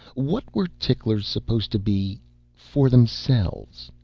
what were ticklers supposed to be for themselves?